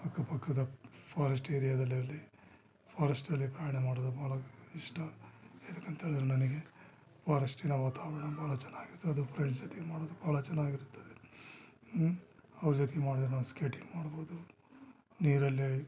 ಅಕ್ಕಪಕ್ಕದ ಫಾರೆಸ್ಟ್ ಏರ್ಯಾದಲ್ಲಿರಲಿ ಫಾರೆಸ್ಟಲ್ಲಿ ಪ್ರಯಾಣ ಮಾಡೋದು ಭಾಳ ಇಷ್ಟ ಯದಕಂತೆಳಿದರೆ ನನಗೆ ಫಾರೆಸ್ಟಿನ ವಾತವರಣ ಭಾಳ ಚೆನ್ನಾಗಿರ್ತದ್ ಅದು ಫ್ರೆಂಡ್ಸ್ ಜೊತೆಗೆ ಮಾಡೋದು ಭಾಳ ಚೆನ್ನಾಗಿರ್ತದೆ ಅವ್ರ್ ಜೊತೆಗ್ ಮಾಡಿದರೆ ನಾನು ಸ್ಕೇಟಿಂಗ್ ಮಾಡ್ಬೌದು ನೀರಲ್ಲಿ